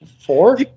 Four